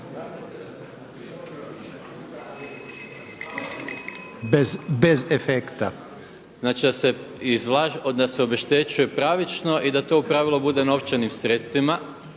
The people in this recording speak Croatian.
Bez efekta./… Znači da se obeštećuje pravično i da to u pravilu bude novčanim sredstvima.